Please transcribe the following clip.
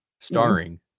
starring